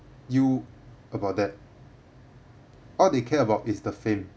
you about that all they care about is the fame